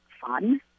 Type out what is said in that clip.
fun